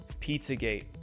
Pizzagate